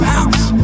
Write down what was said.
house